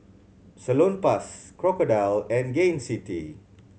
Salonpas Crocodile and Gain City